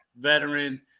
Veteran